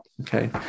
okay